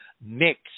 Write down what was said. mix